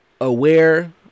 aware